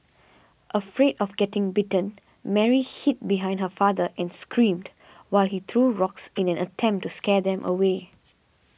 afraid of getting bitten Mary hid behind her father and screamed while he threw rocks in an attempt to scare them away